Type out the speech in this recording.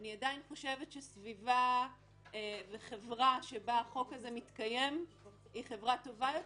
אני עדיין חושבת שסביבה וחברה שבה החוק הזה מתקיים היא חברה טובה יותר,